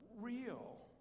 Real